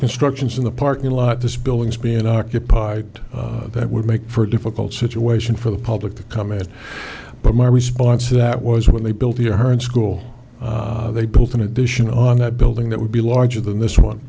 construction is in the parking lot this building is being occupied that would make for a difficult situation for the public to come in but my response to that was when they built here in school they built an addition on that building that would be larger than this one